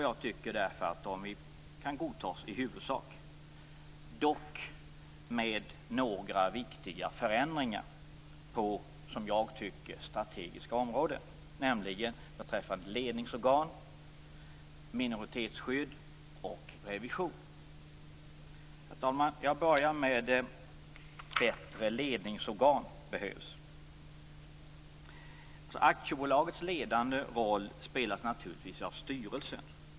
Jag tycker därför att de i huvudsak kan godtas - dock med några viktiga förändringar på som jag tycker strategiska områden. Det gäller ledningsorgan, minoritetsskydd och revision. Herr talman! Jag börjar med att tala om att det behövs bättre ledningsorgan. Aktiebolagets ledande roll spelas naturligtvis av styrelsen.